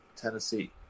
Tennessee